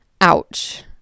Ouch